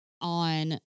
on